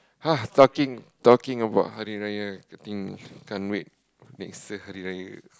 !ha! talking talking about Hari Raya I think can't wait next year Hari Raya